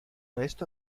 esto